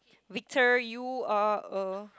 Victor you are a